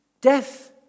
death